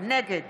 נגד